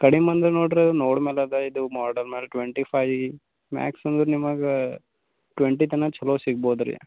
ಕಡಿಮೆ ಅಂದರೆ ನೋಡಿರಿ ನೋರ್ಡ್ ಮ್ಯಾಲೆ ಅದಾ ಇದು ಮಾಡಲ್ ಮ್ಯಾಲೆ ಟ್ವೆಂಟಿ ಫೈ ಮ್ಯಾಕ್ಸ್ ಅಂದ್ರೆ ನಿಮಗೆ ಟ್ವೆಂಟಿ ತನ ಛಲೋ ಸಿಗ್ಬೋದು ರೀ